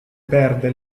perde